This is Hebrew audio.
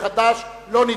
חד"ש ובל"ד לא נתקבלה.